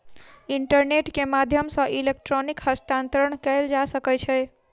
internet के माध्यम सॅ इलेक्ट्रॉनिक हस्तांतरण कयल जा सकै छै